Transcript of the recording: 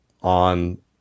on